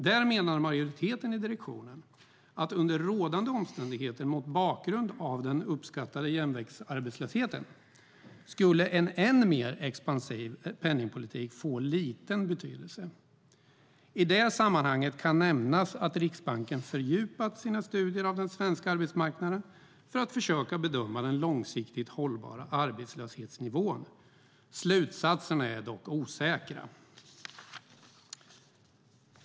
Där menar majoriteten i direktionen att under rådande omständigheter, mot bakgrund av den uppskattade jämviktsarbetslösheten, skulle en än mer expansiv penningpolitik få liten betydelse. I det sammanhanget kan nämnas att Riksbanken fördjupat sina studier av den svenska arbetsmarknaden för att försöka bedöma den långsiktigt hållbara arbetslöshetsnivån. Slutsatserna är dock osäkra.